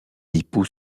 époux